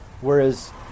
whereas